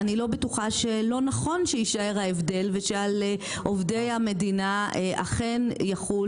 אני לא בטוחה שלא נכון שיישאר ההבדל ושעל עובדי המדינה אכן תחול